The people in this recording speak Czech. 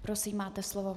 Prosím, máte slovo.